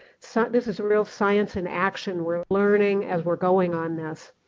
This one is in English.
so this is a real science in action. we are learning as we are going on this,